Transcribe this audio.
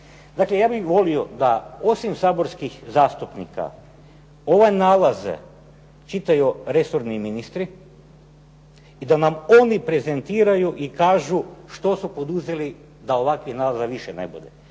Dakle, ja bih volio da osim saborskih zastupnika ove nalaze čitaju resorni ministri i da nam oni prezentiraju i kažu što su poduzeli da ovakvih nalaza više ne bude.